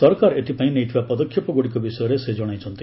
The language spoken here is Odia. ସରକାର ଏଥପାଇଁ ନେଇଥିବା ପଦକ୍ଷେପ ଗୁଡ଼ିକ ବିଷୟରେ ସେ ଜଣାଇଛନ୍ତି